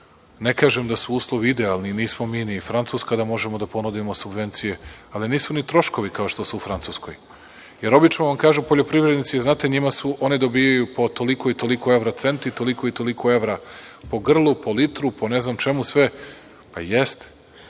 Ne kažem da su uslovi idealni, nismo mi ni Francuska da možemo da ponudimo subvencije, ali nisu ni troškovi kao što su u Francuskoj. Obično vam kažu - poljoprivrednici, znate, oni dobijaju po toliko i toliko evra centi, toliko i toliko evra po grlu, po litru, po ne znam čemu sve. Pa jeste,